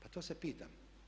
Pa to se pitam?